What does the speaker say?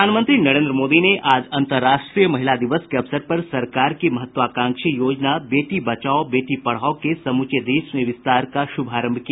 प्रधानमंत्री नरेन्द्र मोदी ने आज अंतर्राष्ट्रीय महिला दिवस के अवसर पर सरकार की महत्वाकांक्षी योजना बेटी बचाओ बेटी पढ़ाओ के समूचे देश में विस्तार का शुभारंभ किया